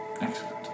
Excellent